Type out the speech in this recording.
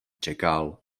čekal